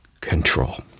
control